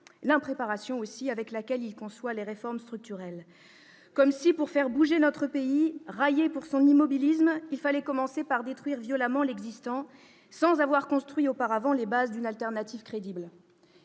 l'impréparation avec laquelle il conçoit les réformes structurelles. Comme si, pour faire bouger notre pays raillé pour son immobilisme, il fallait commencer par détruire violemment l'existant, sans avoir construit auparavant les bases d'une alternative crédible.